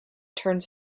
turns